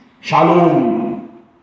Shalom